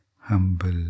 humble